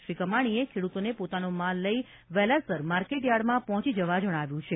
શ્રી કમાણીએ ખેડૂતોને પોતાનો માલ લઇ વહેલાસર માર્કેટયાર્ડ પહોંચી જવા જણાવ્યું છે